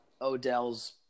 Odell's